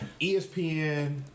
ESPN